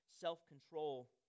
self-control